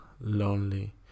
lonely